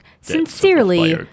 Sincerely